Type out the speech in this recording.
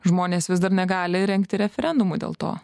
žmonės vis dar negali rengti referendumų dėl to